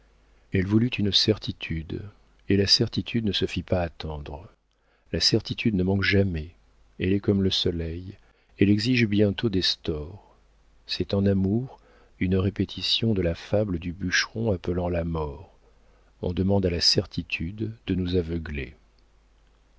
elle voulut une certitude et la certitude ne se fit pas attendre la certitude ne manque jamais elle est comme le soleil elle exige bientôt des stores c'est en amour une répétition de la fable du bûcheron appelant la mort on demande à la certitude de nous aveugler